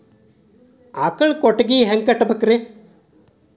ಆಕಳ ಕೊಟ್ಟಿಗಿ ಹ್ಯಾಂಗ್ ಕಟ್ಟಬೇಕ್ರಿ?